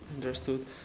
understood